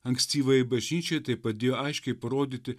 ankstyvajai bažnyčiai tai padėjo aiškiai parodyti